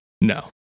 No